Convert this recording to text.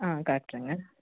ஆ காட்டுறேங்க